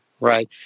right